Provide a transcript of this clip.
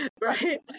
right